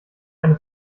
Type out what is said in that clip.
eine